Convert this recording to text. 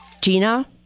Gina